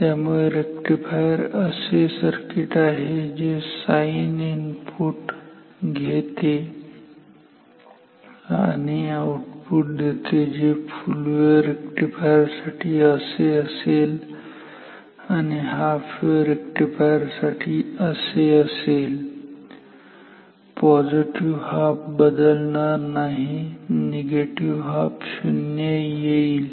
त्यामुळे रेक्टिफायर असे सर्किट आहे जे साईन इनपुट घेते आणि असे आऊटपुट देते जे फुल वेव्ह रेक्टिफायर साठी असे असेल आणि हाफ वेव्ह रेक्टिफायर साठी असे असेल पॉझिटिव्ह हाफ बदलणार नाही निगेटिव्ह हाफ 0 होईल